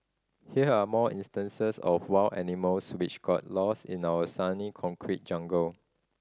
here are more instances of wild animals which got lost in our sunny concrete jungle